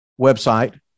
website